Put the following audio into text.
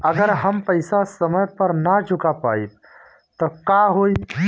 अगर हम पेईसा समय पर ना चुका पाईब त का होई?